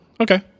Okay